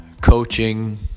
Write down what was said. coaching